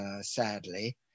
sadly